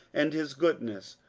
and his goodness,